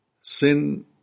Sin